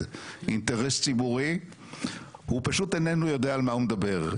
אינטרס ציבורי הוא פשוט איננו יודע על מה הוא מדבר.